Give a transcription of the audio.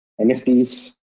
NFTs